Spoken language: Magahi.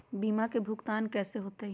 बीमा के भुगतान कैसे होतइ?